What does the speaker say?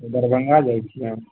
दरभङ्गा जाइत छियै